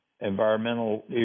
environmental